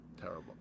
Terrible